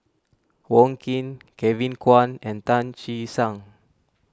Wong Keen Kevin Kwan and Tan Che Sang